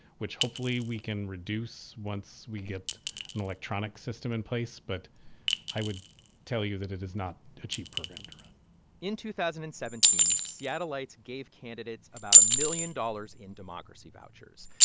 which, hopefully, we can reduce once we get an electronic system in place. but i would tell you that it is not a cheap program to run in two thousand and seventeen, seattleites gave candidates about a million dollars in democracy vouchers.